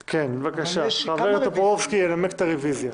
בבקשה, חבר הכנסת טופורובסקי ינמק את הרוויזיה.